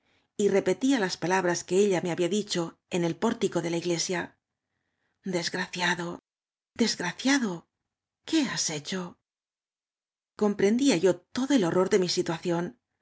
y repetía las palabras que ella me había dicho en el pórtico de la igle sia desgraciado desgraciado qué has he cho comprendía yo todo el horror de mi situa